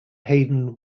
hayden